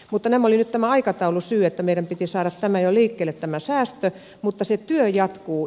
mutta oli tämä aikataulusyy että meidän piti saada jo liikkeelle tämä säästö mutta se työ jatkuu